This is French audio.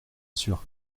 sûr